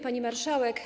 Pani Marszałek!